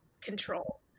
control